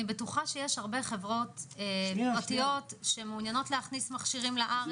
אני בטוחה שיש הרבה חברות פרטיות שמעוניינות להכניס מכשירים לארץ.